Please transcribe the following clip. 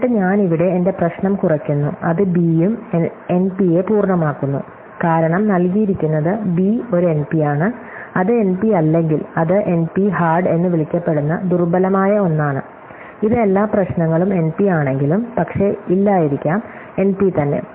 എന്നിട്ട് ഞാൻ ഇവിടെ എന്റെ പ്രശ്നം കുറയ്ക്കുന്നു അത് ബി യും എൻപിയെ പൂർണ്ണമാക്കുന്നു കാരണം നൽകിയിരിക്കുന്നത് ബി ഒരു എൻപിയാണ് അത് എൻപിയല്ലെങ്കിൽ അത് എൻപി ഹാർഡ് എന്ന് വിളിക്കപ്പെടുന്ന ദുർബലമായ ഒന്നാണ് ഇത് എല്ലാ പ്രശ്നങ്ങളും എൻപിയാണെങ്കിലും പക്ഷേ ഇല്ലായിരിക്കാം എൻപി തന്നെ